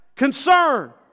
concern